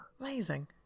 amazing